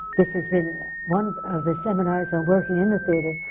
this has been one of the seminars on working in the theatre,